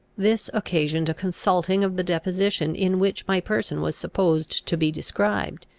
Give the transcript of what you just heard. this occasioned a consulting of the deposition in which my person was supposed to be described,